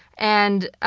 and,